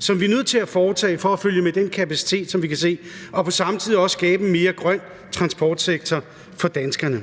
som vi er nødt til at foretage for at følge med det behov for kapacitet, som vi kan se, og på samme tid også skabe en mere grøn transportsektor for danskerne.